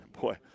Boy